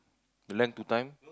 you lend two time